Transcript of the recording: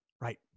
Right